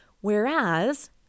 whereas